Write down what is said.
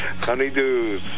honeydews